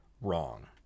wrong